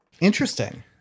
Interesting